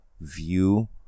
view